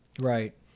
Right